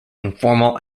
informal